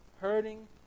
hurting